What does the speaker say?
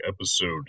episode